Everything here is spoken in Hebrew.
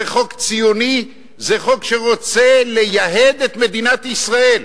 זה חוק ציוני, זה חוק שרוצה לייהד את מדינת ישראל.